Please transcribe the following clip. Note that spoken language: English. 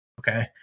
Okay